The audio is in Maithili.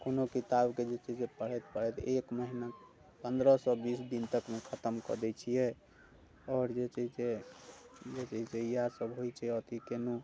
कोनो किताबके जे छै से पढ़ैत पढ़ैत एक महिना पन्द्रहसँ बीस दिन तकमे खतम कऽ दै छियै आओर जे छै से जे छै से इएह सब होइ छै अथी केलहुँ